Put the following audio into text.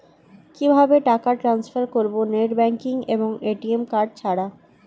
কিভাবে টাকা টান্সফার করব নেট ব্যাংকিং এবং এ.টি.এম কার্ড ছাড়া?